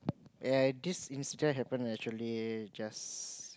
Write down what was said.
and this instant happen actually just